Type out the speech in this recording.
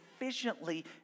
efficiently